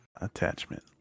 attachment